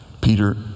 Peter